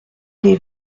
des